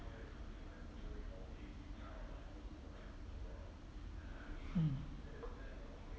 mm